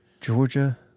Georgia